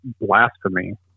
blasphemy